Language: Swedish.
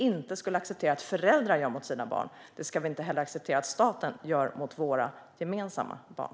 Det vi inte accepterar att föräldrar gör mot sina barn ska vi inte heller acceptera att staten gör mot våra gemensamma barn.